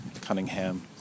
Cunningham